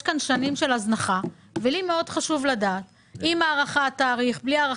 יש כאן שנים של הזנחה ולי חשוב לדעת עם הארכת תאריך או בלי,